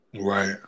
Right